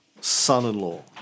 son-in-law